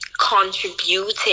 contributing